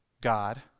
God